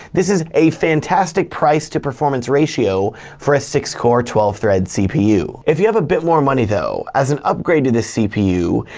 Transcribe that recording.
this is a fantastic price to performance ratio for a six core, twelve thread cpu. if you have a bit more money though, as an upgrade to this cpu,